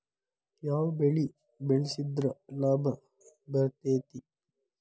ಯಾವ ಬೆಳಿ ಬೆಳ್ಸಿದ್ರ ಲಾಭ ಬರತೇತಿ?